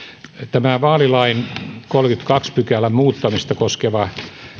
tämä vaalilain kolmannenkymmenennentoisen pykälän muuttamista koskeva